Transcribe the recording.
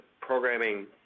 programming